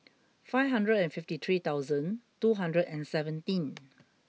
five hundred and fifty three thousand two hundred and seventeen